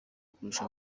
kurusha